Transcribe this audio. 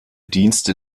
dienste